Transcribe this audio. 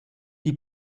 die